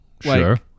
Sure